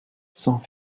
sans